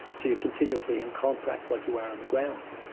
so you are continuously in contact like you were on the ground.